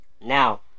Now